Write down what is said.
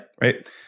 right